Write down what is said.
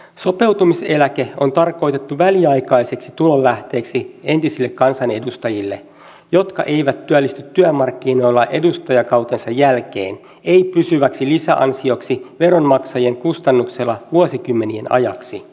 sopeutumiseläke on tarkoitettu väliaikaiseksi tulonlähteeksi entisille kansanedustajille jotka eivät työllisty työmarkkinoilla edustajakautensa jälkeen ei pysyväksi lisäansioksi veronmaksajien kustannuksella vuosikymmenien ajaksi